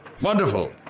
wonderful